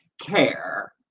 care